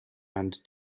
and